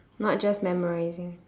not just memorising